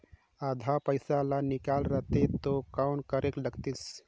आधा पइसा ला निकाल रतें तो कौन करेके लगही?